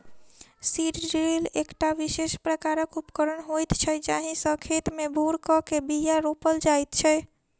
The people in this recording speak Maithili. सीड ड्रील एकटा विशेष प्रकारक उपकरण होइत छै जाहि सॅ खेत मे भूर क के बीया रोपल जाइत छै